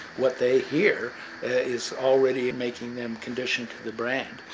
what they hear is already and making them conditioned to the brand.